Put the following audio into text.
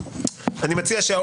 אני מציע שהסקירה הכללית,